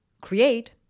create